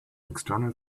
external